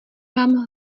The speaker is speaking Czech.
vám